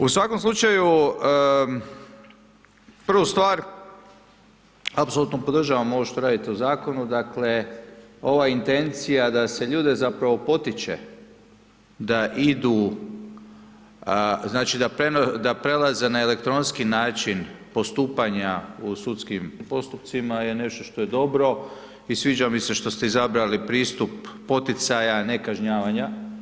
U svakom slučaju, prvu stvar, apsolutno podržavam ovo što radite u Zakonu, dakle, ova intencija da se ljude zapravo potiče da idu, znači, da prelaze na elektronski način postupanja u sudskim postupcima je nešto što je dobro i sviđa mi se što ste izabrali pristup poticaja, ne kažnjavanja.